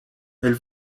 elle